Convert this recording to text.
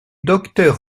docteur